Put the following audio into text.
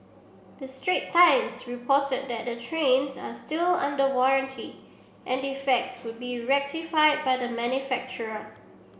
the Strait Times reported that the trains are still under warranty and defects would be rectified by the manufacturer